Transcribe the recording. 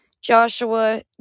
Joshua